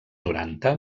noranta